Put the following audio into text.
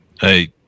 hey